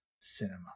cinema